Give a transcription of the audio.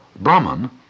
Brahman